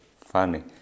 funny